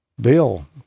Bill